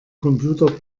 computer